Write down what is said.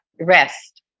rest